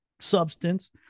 substance